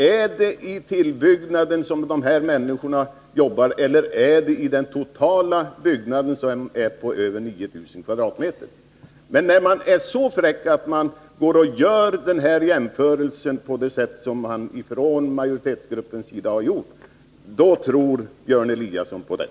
Är det i tillbyggnaden de här människorna jobbar eller är det i den totala byggnaden, som är på över 9 000 m?? När man är så fräck att man gör den här jämförelsen på det sätt som majoritetsgruppen har gjort, då tror Björn Eliasson på den.